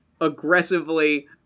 aggressively